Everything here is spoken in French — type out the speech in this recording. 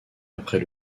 après